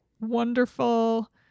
wonderful